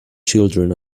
children